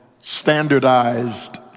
standardized